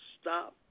stop